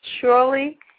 Surely